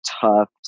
tough